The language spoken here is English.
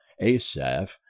asaph